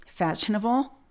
fashionable